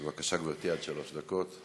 בבקשה, גברתי, עד שלוש דקות.